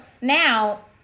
now